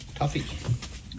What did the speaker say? Tuffy